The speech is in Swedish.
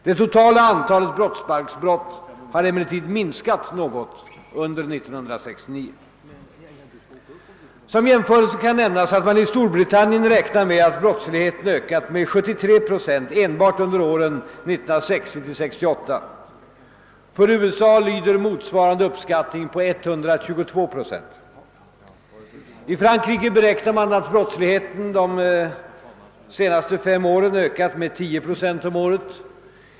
Det totala antalet brottsbalksbrott har emellertid minskat nå Som jämförelse kan nämnas att man i Storbritannien räknar med att brottsligheten ökat med 73 procent enbart under åren 1960—1968. För USA lyder motsvarande uppskattning på 122 procent. I Frankrike beräknar man att brottsligheten under de senaste 5 åren ökat med 10 procent om året.